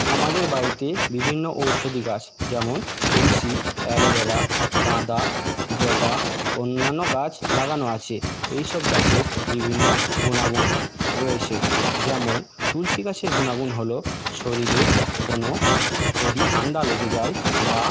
আমাদের বাড়িতে বিভিন্ন ঔষধি গাছ যেমন তুলসী অ্যালোভেরা গাঁদা জবা অন্যান্য গাছ লাগানো আছে এইসব গাছের বিভিন্ন গুণাগুণ রয়েছে যেমন তুলসী গাছের গুণাগুণ হল শরীরের কোনো যদি ঠান্ডা লেগে যায় বা